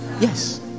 Yes